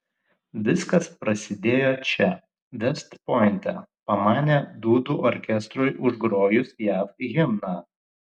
viskas prasidėjo čia vest pointe pamanė dūdų orkestrui užgrojus jav himną